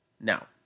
Now